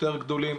יותר גדולים,